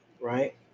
right